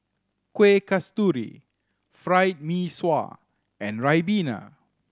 Kuih Kasturi Fried Mee Sua and ribena